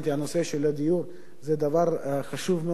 הנושא של הדיור זה דבר חשוב מאוד,